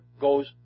goes